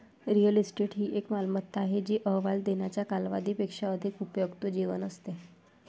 real estate ही एक मालमत्ता आहे जी अहवाल देण्याच्या कालावधी पेक्षा अधिक उपयुक्त जीवन असते